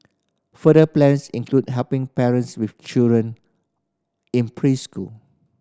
further plans include helping parents with children in preschool